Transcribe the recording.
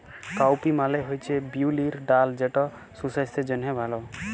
cowpea মালে হছে বিউলির ডাল যেট সুসাস্থের জ্যনহে ভাল